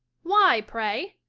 why, pray?